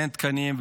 אין תקנים,